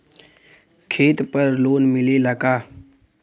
खेत पर लोन मिलेला का?